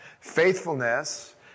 Faithfulness